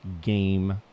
game